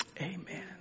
Amen